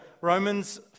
Romans